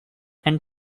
and